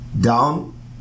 down